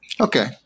Okay